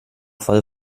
fall